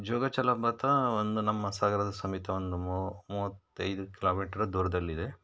ಜೋಗ ಜಲಪಾತ ಒಂದು ನಮ್ಮ ಸಾಗರದ ಸಮೀಪ ಒಂದು ಮೂವತ್ತೈದು ಕಿಲೋಮೀಟರ್ ದೂರದಲ್ಲಿದೆ